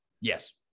Yes